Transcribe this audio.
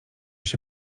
się